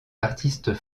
artistes